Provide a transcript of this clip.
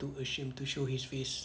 too ashamed to show his face